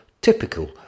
typical